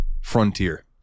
Frontier